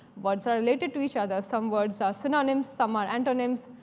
words are related to each other. some words are synonyms. some are antonyms.